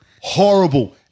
horrible